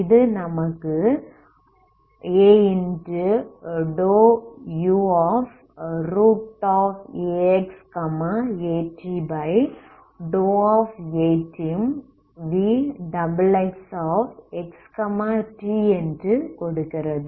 இது நமக்கு a∂uaxat∂ vxxxt என்று கொடுக்கிறது